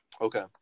Okay